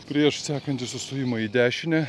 prieš sekantį sustojimą į dešinę